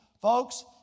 Folks